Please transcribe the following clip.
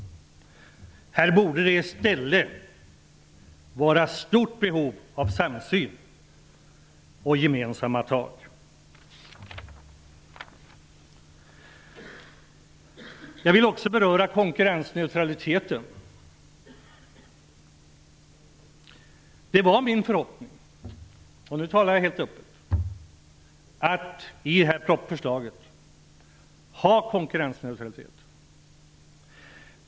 Här borde det i stället vara stort behov av samsyn och gemensamma tag. Jag vill också beröra konkurrensneutraliteten. Det var min förhoppning -- nu talar jag helt öppet -- att i denna proposition kunna föreslå konkurrensneutralitet.